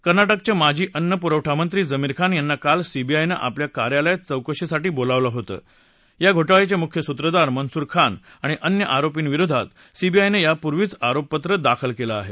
कर्नाटकचे माजी अन्न पुरवठा मंत्री जमीर खान यांना काल सीबीआयनं आपल्या कार्यालयात चौकशीसाठी बोलावलं होतं या घोटाळ्याचे मुख्य सूत्रधार मन्सूर खान आणि अन्य आरोपींविरोधात सीबीआयनं यापूर्वीच आरोपपत्र दाखल केलं आहे